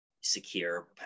secure